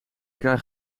krijg